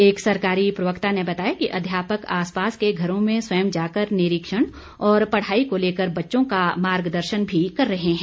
एक सरकारी प्रवक्ता ने बताया कि अध्यापक आसपास के घरों में स्वयं जाकर निरीक्षण और पढ़ाई को लेकर बच्चों का मार्गदर्शन भी कर रहे हैं